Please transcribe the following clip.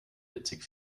witzig